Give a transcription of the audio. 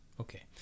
Okay